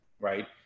right